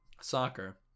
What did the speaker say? Soccer